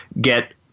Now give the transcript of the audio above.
get